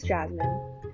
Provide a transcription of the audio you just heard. Jasmine